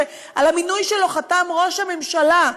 שעל המינוי שלו חתם ראש הממשלה,